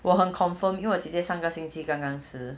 我很 confirm 因为我姐姐上个星期刚刚吃